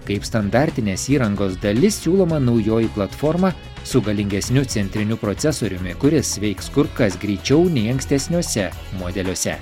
kaip standartinės įrangos dalis siūloma naujoji platforma su galingesniu centriniu procesoriumi kuris veiks kur kas greičiau nei ankstesniuose modeliuose